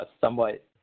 somewhat